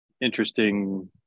interesting